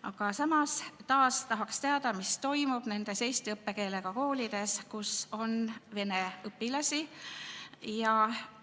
Aga samas, taas tahaks teada, mis toimub nendes eesti õppekeelega koolides, kus on vene õpilasi. Ja